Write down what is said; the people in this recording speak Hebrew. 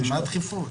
מה הדחיפות?